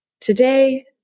today